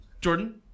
Jordan